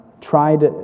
tried